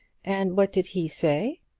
and what did he say?